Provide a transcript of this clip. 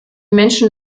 menschen